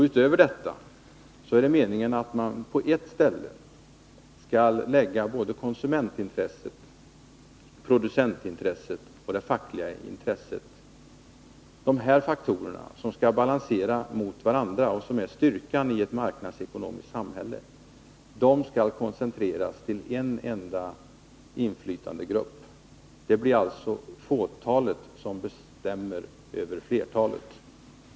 Utöver detta är det meningen att man på ett ställe skall lägga både konsumentintresset, producentintresset och det fackliga intresset. De här faktorerna, som skall balansera mot varandra och som är styrkan i ett marknadsekonomiskt samhälle, skall koncentreras till en enda inflytandegrupp. Det blir alltså fåtalet som bestämmer över flertalet.